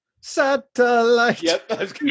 Satellite